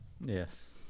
yes